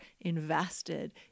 invested